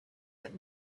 that